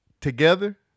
Together